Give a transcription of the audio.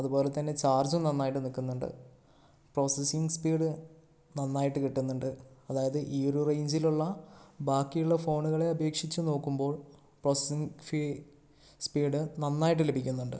അതുപോലെ തന്നെ ചാർജും നന്നായിട്ട് നിൽക്കുന്നുണ്ട് പ്രോസസിംഗ് സ്പീഡ് നന്നായിട്ട് കിട്ടുന്നുണ്ട് അതായത് ഈ ഒരു റേഞ്ചിലുള്ള ബാക്കിയുള്ള ഫോണുകളെ അപേക്ഷിച്ചു നോക്കുമ്പോൾ പ്രോസസിംഗ് ഫീ സ്പീഡ് നന്നായിട്ട് ലഭിക്കുന്നുണ്ട്